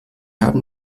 haben